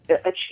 achieve